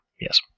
yes